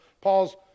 Paul's